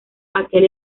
aquel